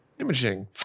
Imaging